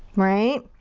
right?